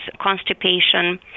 constipation